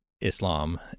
Islam